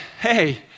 hey